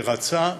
שרצה,